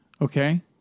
okay